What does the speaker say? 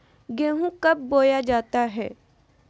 गेंहू कब बोया जाता हैं?